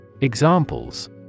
Examples